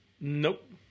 Nope